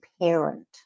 parent